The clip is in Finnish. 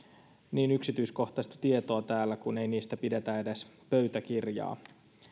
niin yksityiskohtaista tietoa täällä kun ei niistä pidetä edes pöytäkirjaa